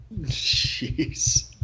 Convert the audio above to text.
Jeez